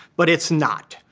but it's not.